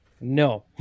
no